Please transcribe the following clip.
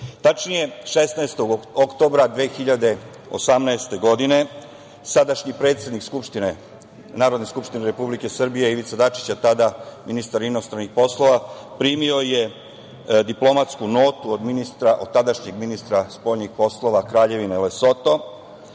16. oktobra 2018. godine sadašnji predsednik Narodne skupštine Republike Srbije Ivica Dačić, tada ministar inostranih poslova, primio je diplomatsku notu od tadašnjeg ministra spoljnih poslova Kraljevine Lesoto